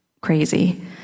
crazy